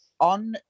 on